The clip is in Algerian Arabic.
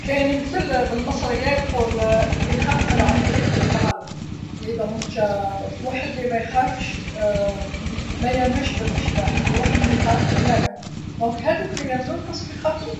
﻿كاين مثل بالمصريه يقول ليخاف مالعفريت يطلعلو، دونك واحد لميخافش ميامنش بالأشباح، مي واحد يخاف يامن، دونك هاذوك ليامنو باسكو يخافو.